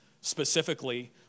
specifically